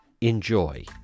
enjoy